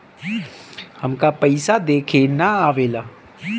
हमका पइसा देखे ना आवेला?